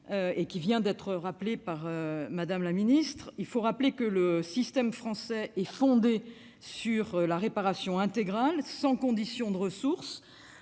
et qui vient d'être rappelée par Mme la garde des sceaux, je veux rappeler que le système français est fondé sur la réparation intégrale, sans condition de ressources,